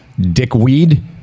dickweed